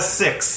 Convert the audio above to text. six